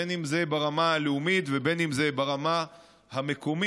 בין שזה ברמה הלאומית ובין שזה ברמה המקומית,